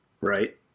Right